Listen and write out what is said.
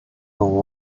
will